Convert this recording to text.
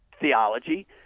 theology